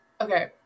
Okay